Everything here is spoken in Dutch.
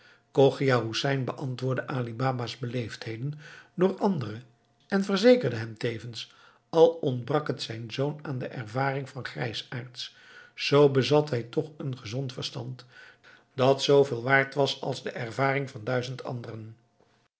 chogia hoesein beantwoordde ali baba's beleefdheden door andere en verzekerde hem tevens al ontbrak het zijn zoon aan de ervaring van grijsaards zoo bezat hij toch een gezond verstand dat zooveel waard was als de ervaring van duizend anderen